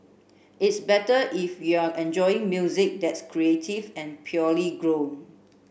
it's better if you're enjoying music that's creative and purely grown